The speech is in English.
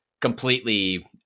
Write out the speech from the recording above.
completely